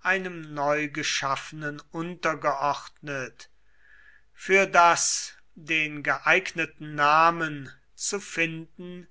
einem neu geschaffenen untergeordnet für das den geeigneten namen zu finden